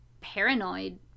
paranoid